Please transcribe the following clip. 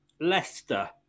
Leicester